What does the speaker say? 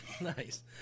nice